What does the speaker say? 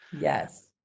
yes